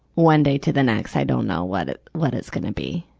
one day to the next, i don't know what it, what it's gonna be.